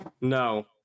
No